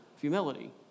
humility